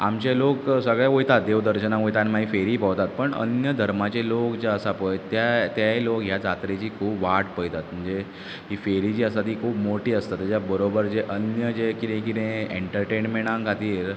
आमचेंं लोक सगळें वयतात देव दर्शनाक वयता आनी मागीर फेरी भोंवतात पण अन्य धर्माचे लोक जे आसा पय ते तेय लोक ह्या जात्रेची खूब वाट पळयतात म्हणजे ही फेरी जी आसा ती खूब मोटी आसता तेज्या बरोबर जी अन्य जें कितें कितें एन्टरटेनमेण्टाक खातीर